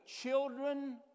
children